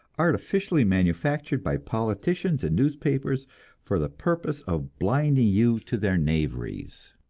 artificially manufactured by politicians and newspapers for the purpose of blinding you to their knaveries.